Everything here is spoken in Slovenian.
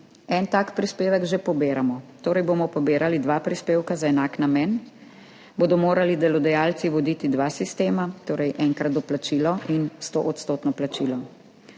En tak prispevek že pobiramo, torej bomo pobirali dva prispevka za enak namen. Bodo morali delodajalci voditi dva sistema, torej enkrat doplačilo in stoodstotno plačilo?